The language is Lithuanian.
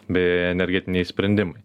bei energetiniai sprendimai